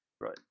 Right